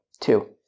two